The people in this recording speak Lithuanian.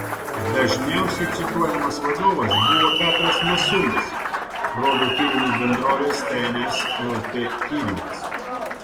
dažniausiai cituojamas vadovas buvo petras masiulis rodo tyrimų bendrovės tns lt tyrimas